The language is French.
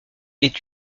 est